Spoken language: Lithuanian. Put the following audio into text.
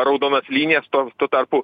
raudonas linijas o tuo tarpu